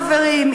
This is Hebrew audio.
חברים,